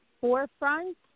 forefront